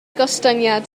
gostyngiad